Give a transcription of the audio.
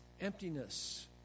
emptiness